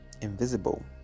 invisible